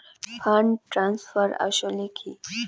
Fund transfer আসলে কী?